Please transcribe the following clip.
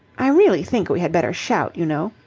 i really think we had better shout, you know.